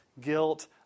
guilt